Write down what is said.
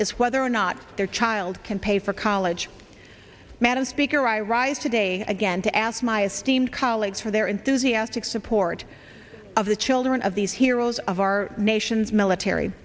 is whether or not their child can pay for college madam speaker i rise today again to ask my esteemed colleagues for their enthusiastic support of the children of these heroes of our nation's military